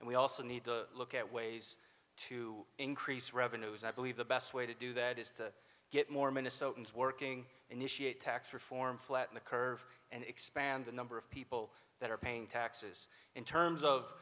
and we also need to look at ways to increase revenues i believe the best way to do that is to get more minnesotans working initiate tax reform flatten the curve and expand the number of people that are paying taxes in terms of